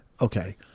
Okay